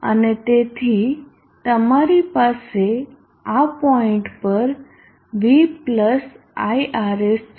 અને તેથી તમારી પાસે આ પોઇન્ટ પર v પ્લસ iRs છે